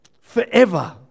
forever